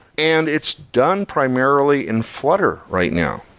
and it's done primarily in flutter right now.